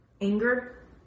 anger